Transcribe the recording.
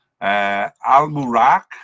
Al-Murak